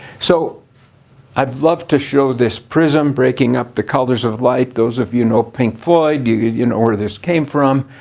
so i love to show this prism breaking up the colors of light. those of you know pink floyd you you know where this came from.